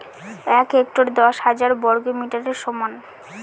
এক হেক্টর দশ হাজার বর্গমিটারের সমান